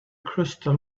crystal